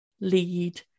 lead